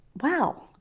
wow